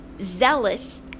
zealous